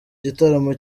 gitaramo